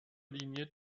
linie